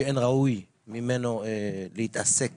שאין ראוי ממנו להתעסק